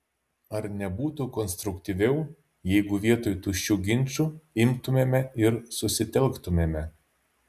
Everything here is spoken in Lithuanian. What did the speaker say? ar nebūtų konstruktyviau jeigu vietoj tuščių ginčų imtumėme ir susitelktumėme